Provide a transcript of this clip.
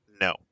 no